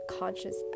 conscious